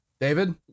David